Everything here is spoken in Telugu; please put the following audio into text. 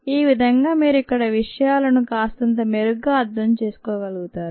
ఈ విధంగా మీరు ఇక్కడ విషయాలను కాస్తంత మెరుగ్గా అర్థం చేసుకోగలుగుతారు